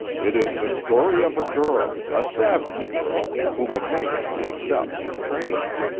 it is the story of a girl, a savage girl, whom a man takes up and trains.